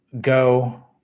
go